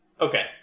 Okay